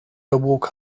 walk